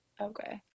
Okay